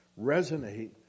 resonate